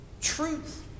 Truth